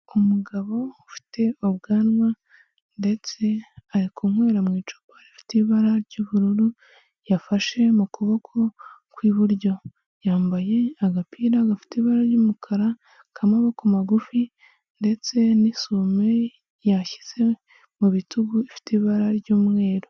Umugabo ufite ubwanwa ndetse ari kunywera mu icupa rifite ibara ry'ubururu yafashe mu kuboko kw'iburyo, yambaye agapira gafite ibara ry'umukara k'amaboko magufi ndetse n'isume yashyize mu bitugu, ifite ibara ry'umweru.